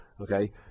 okay